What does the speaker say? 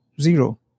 zero